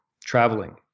traveling